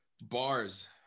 bars